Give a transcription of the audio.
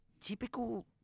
typical